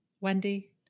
Wendy